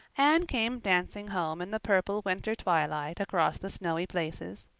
anne came dancing home in the purple winter twilight across the snowy places.